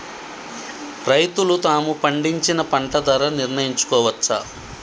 రైతులు తాము పండించిన పంట ధర నిర్ణయించుకోవచ్చా?